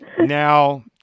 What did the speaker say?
Now